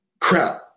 crap